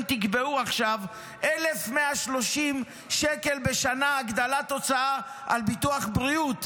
תקבעו עכשיו 1,130 שקל בשנה הגדלת הוצאה על ביטוח בריאות,